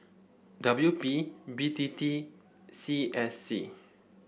W P B T T and C S C